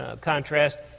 contrast